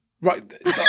Right